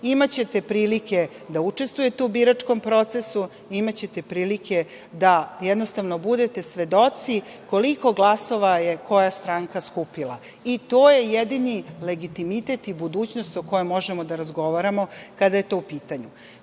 imaćete prilike da učestvujete u biračkom procesu, imaćete prilike da budete svedoci koliko glasova je koja stranka skupila. To je jedini legitimitet i budućnost o kojoj možemo da razgovaramo kada je to u pitanju. Pošto